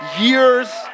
years